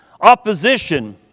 Opposition